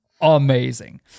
amazing